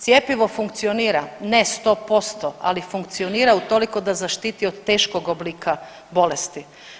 Cjepivo funkcionira, ne 100%, ali funkcionira u toliko da zaštiti od teškog oblika bolesti.